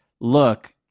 look